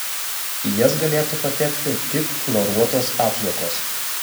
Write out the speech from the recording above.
į jas galėtų patekti tik chloruotos atliekos